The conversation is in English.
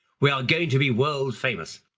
we are going to be world famous.